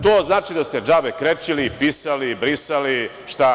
To znači da ste džabe krečili, pisali, brisali, šta god.